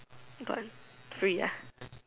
got three ya